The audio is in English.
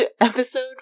episode